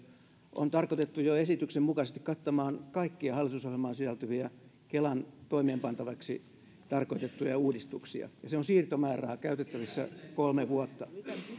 on tarkoitettu jo esityksen mukaisesti kattamaan kaikkia hallitusohjelmaan sisältyviä kelan toimeenpantavaksi tarkoitettuja uudistuksia se on siirtomääräraha käytettävissä kolme vuotta